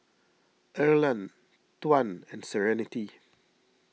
Erland Tuan and Serenity